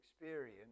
experience